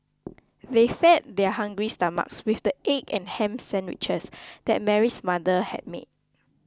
they fed their hungry stomachs with the egg and ham sandwiches that Mary's mother had made